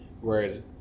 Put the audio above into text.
whereas